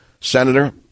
Senator